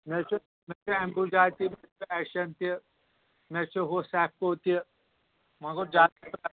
مےٚ حظ چھُ مےٚ چھِ ایمبوٗجا تہِ ایشیَن تہِ مےٚ حظ چھُ ہُہ سیفکو تہِ وۄنۍ گوٚو زیادٕ